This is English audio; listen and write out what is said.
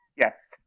Yes